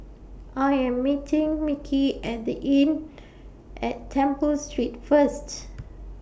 I Am meeting Micky At The Inn At Temple Street First